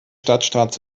stadtstaats